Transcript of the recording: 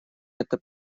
это